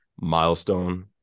milestone